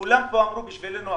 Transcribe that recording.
כולם אמרו בשבילנו הכול.